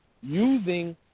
Using